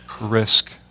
risk